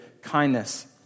kindness